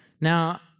Now